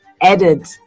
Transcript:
added